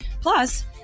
plus